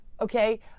okay